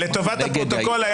לטובת הפרוטוקול,